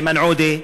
איימן עודה,